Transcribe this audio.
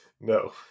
no